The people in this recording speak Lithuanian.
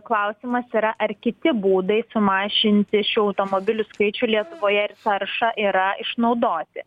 klausimas yra ar kiti būdai sumažinti šių automobilių skaičių lietuvoje ir taršą yra išnaudoti